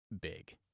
big